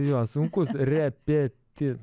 jo sunkus repeti